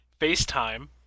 FaceTime